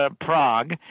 Prague